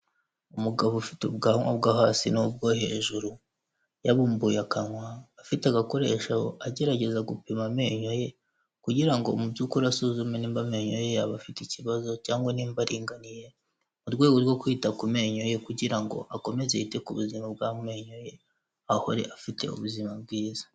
Umugabo ufite ubwanwa bwo hasi n'ubwo hejuru yabumbuye akanwa afite agakore agerageza gupima amenyo ye kugirango mubyukuri asuzume nimba amenyo ye yaba afite ikibazo cyangwa nimba aringaniye mu rwego rwo kwita ku menyo ye kugira ngo akomeze yite ku buzima bw'amenyo ye ahore afite ubuzima bwiza.